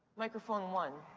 microphone one.